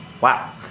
Wow